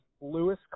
Lewis